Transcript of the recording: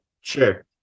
sure